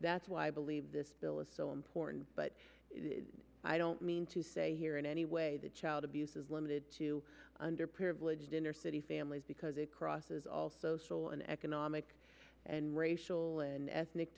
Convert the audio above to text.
that's why i believe this bill is so important but i don't mean to say here in any way that child abuse is limited to underprivileged inner city families because it crosses all social and economic and racial and ethnic